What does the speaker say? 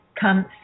come